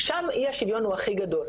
שם אי השוויון בעצם הוא הכי גדול.